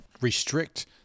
restrict